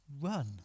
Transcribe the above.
run